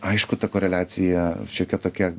aišku ta koreliacija šiokia tokia